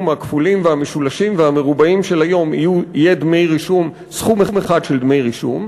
הכפולים והמשולשים והמרובעים של היום יהיה סכום אחד של דמי רישום,